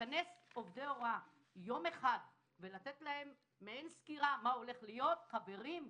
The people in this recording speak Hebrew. לכנס עובדי הוראה יום אחד ולתת להם מעין סקירה מה הולך להיות חברים,